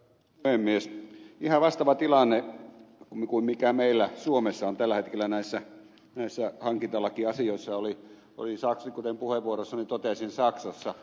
ihan vastaava tilanne kuin mikä meillä suomessa on tällä hetkellä näissä hankintalakiasioissa oli kuten puheenvuorossani totesin saksassa